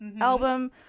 album